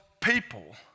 people